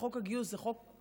לחוק הגיוס, שזה חוק מורכב.